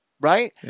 Right